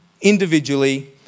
individually